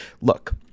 look